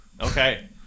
Okay